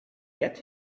get